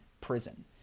prison